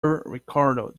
ricardo